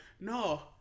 no